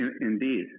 Indeed